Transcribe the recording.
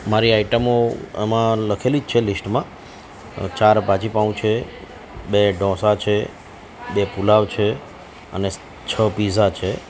મારી આઇટમો આમાં લખેલી જ છે લિસ્ટમાં ચાર ભાજીપાંવ છે બે ઢોસા છે બે પુલાવ છે અને છ પીઝા છે